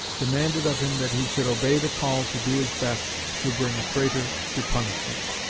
demanded of him that he should obey the call to do his best to bring a traitor to punishment.